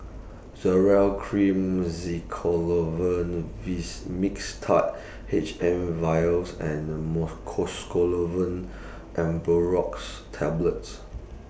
Zoral Cream Mixtard H M Vials and Mucosolvan Ambroxol Tablets